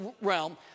realm